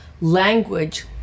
language